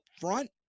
front